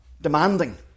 demanding